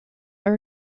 are